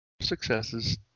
Successes